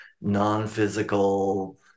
non-physical